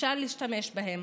ואפשר להשתמש בהן,